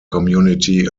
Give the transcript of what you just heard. community